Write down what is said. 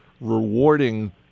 rewarding